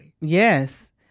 Yes